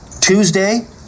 tuesday